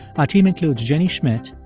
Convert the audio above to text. our team includes jenny schmidt,